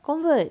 convert